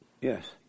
Yes